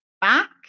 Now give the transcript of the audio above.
back